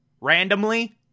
randomly